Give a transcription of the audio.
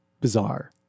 bizarre